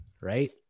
Right